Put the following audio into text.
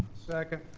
second.